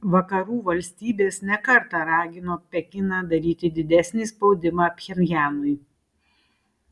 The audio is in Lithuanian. vakarų valstybės ne kartą ragino pekiną daryti didesnį spaudimą pchenjanui